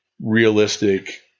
realistic